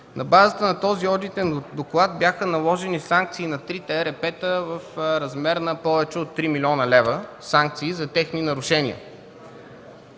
На базата на този одитен доклад бяха наложени санкции на трите ЕРП-та в размер на повече от 3 млн. лв. – санкции за техни нарушения.